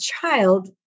child